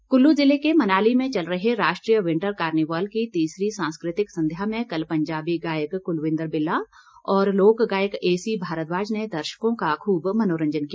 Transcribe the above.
carnival Kullu जिले के मनाली में चल रहे राष्ट्रीय विंटर कार्निवाल की तीसरी सांस्कृतिक संध्या में कल पंजाबी गायक कुलविंदर बिल्ला और लोक गायक ए सी भारद्वाज ने दर्शकों का खूब मनोरंजन किया